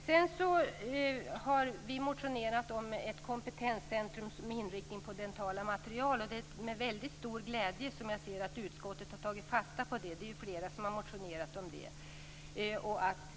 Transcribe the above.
Vidare har vi motionerat om ett kompetenscentrum med inriktning på dentala material. Det är med stor glädje som jag ser att utskottet har tagit fasta på detta. Flera har ju motionerat om den här saken.